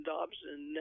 Dobson